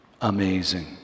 Amazing